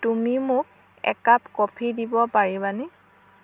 তুমি মোক একাপ কফি দিব পাৰিবানে